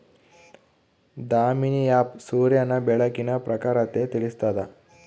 Damini app ಸೂರ್ಯನ ಬೆಳಕಿನ ಪ್ರಖರತೆ ತಿಳಿಸ್ತಾದ